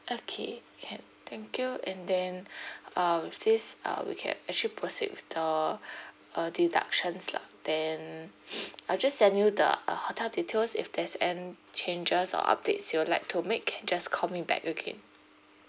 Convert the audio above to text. okay can thank you and then uh with this uh we can actually proceed with the uh deductions lah then I'll just send you the hotel details if there's an changes or updates you would like to make just call me back again